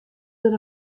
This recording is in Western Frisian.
der